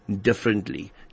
differently